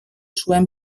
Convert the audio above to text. zuen